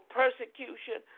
persecution